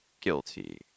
guilty